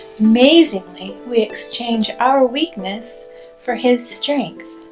amazingly we exchange our weakness for his strength.